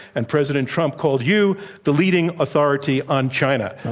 and president trump called you the leading authority on china.